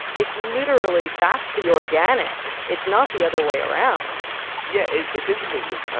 it's literally that's the organic it's not the other way around yeah, it's it's interesting because,